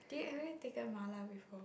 did you have ever take the mala before